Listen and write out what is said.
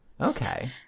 Okay